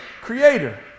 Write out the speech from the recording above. creator